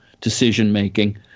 decision-making